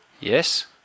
yes